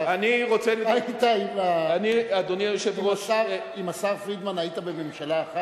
אני אתערב בכל מקרה.